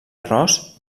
arròs